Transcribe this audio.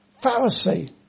Pharisee